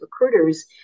recruiters